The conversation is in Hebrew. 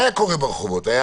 מה היה קורה ברחובות?